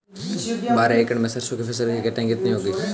बारह एकड़ में सरसों की फसल की कटाई कितनी होगी?